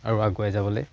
আৰু আগুৱাই যাবলে